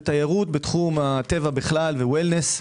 תיירות, בתחום הטבע בכלל ו-וול נס.